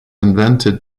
invented